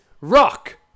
rock